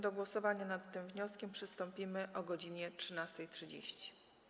Do głosowania nad tym wnioskiem przystąpimy o godz. 13.30.